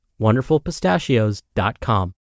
WonderfulPistachios.com